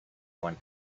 one